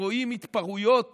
שרואים התפרעויות